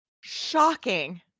Shocking